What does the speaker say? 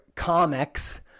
comics